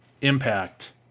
impact